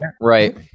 Right